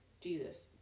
Jesus